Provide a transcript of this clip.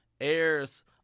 heirs